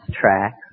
tracks